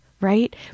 Right